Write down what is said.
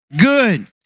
good